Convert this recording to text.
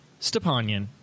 Stepanian